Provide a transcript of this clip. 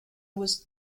was